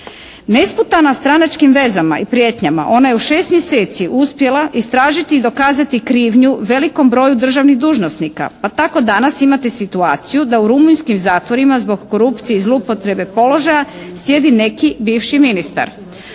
Nesputana stranačkim vezama i prijetnjama ona je u 6 mjeseci uspjela istražiti i dokazati krivnju velikom broju državnih dužnosnika. Pa tako danas imate situaciju da u rumunjskim zatvorima zbog korupcije i zloupotrebe položaja sjedi neki bivši ministar.